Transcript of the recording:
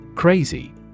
Crazy